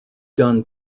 done